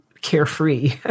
carefree